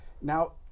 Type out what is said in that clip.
Now